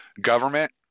government—